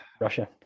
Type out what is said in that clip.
Russia